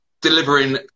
delivering